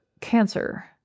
cancer